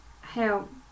help